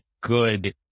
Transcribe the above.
good